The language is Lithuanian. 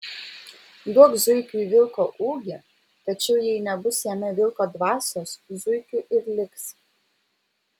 duok zuikiui vilko ūgį tačiau jai nebus jame vilko dvasios zuikiu ir liks